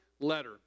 letter